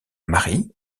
mary